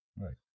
Right